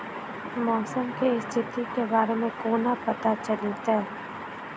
मौसम केँ स्थिति केँ बारे मे कोना पत्ता चलितै?